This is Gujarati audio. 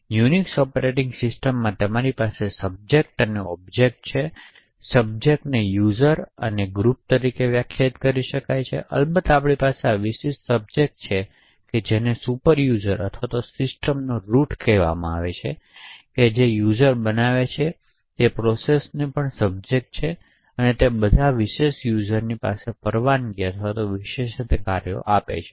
યુનિક્સ ઑપરેટિંગ સિસ્ટમમાં તમારી પાસે સબ્જેક્ટ અને ઑબ્જેક્ટ્સ છે સબ્જેક્ટને યુઝરઓ અને ગ્રુપ તરીકે વ્યાખ્યાયિત કરવામાં આવે છે અને અલબત્ત આપણી પાસે આ વિશેષ સબ્જેક્ટ છે જે સુપરયુઝર અથવા સિસ્ટમનો રુટ છે જે યુઝર બનાવે છે તે પ્રોસેસઓ પણ સબ્જેક્ટ છે અને તે બધાને વિશેષ યુઝરની પાસેની પરવાનગી અને વિશેષાધિકારો આપે છે